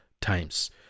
times